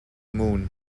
moon